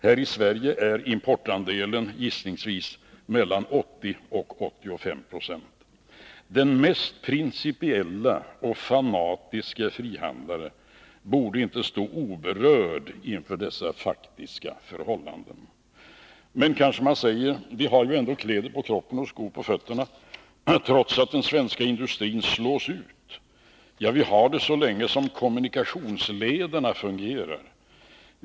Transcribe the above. Här i Sverige är importandelen gissningsvis mellan 80 och 85 26. Den mest principielle och fanatiske frihandlaren borde inte stå oberörd inför dessa faktiska förhållanden. Men kanske man säger: ”Vi har ju ändå kläder på kroppen och skor på fötterna trots att den svenska industrin slås ut.” Ja, vi har det så länge som kommunikationslederna fungerar.